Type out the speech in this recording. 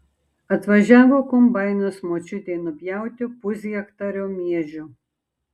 atvažiavo kombainas močiutei nupjauti pushektario miežių